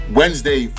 wednesday